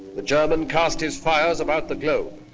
the german cast his fires about the globe.